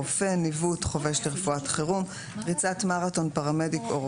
+ ניווט + ריצת מרתון + רק